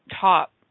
top